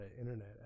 internet